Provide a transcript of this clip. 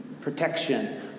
Protection